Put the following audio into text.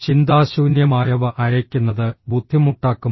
ചിന്താശൂന്യമായവ അയയ്ക്കുന്നത് ബുദ്ധിമുട്ടാക്കും